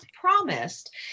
promised